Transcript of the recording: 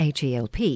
HELP